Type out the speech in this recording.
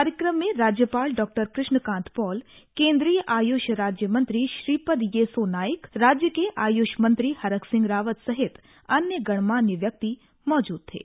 कार्यक्रम में राज्यपाल डॉ कृष्ण कान्त पॉल केंद्रीय आयुष राज्य मंत्री श्रीपद येसो नाइक राज्य के आयुष मंत्री हरक सिंह रावत सहित अन्य गणमान्य व्यक्ति मौजूद थे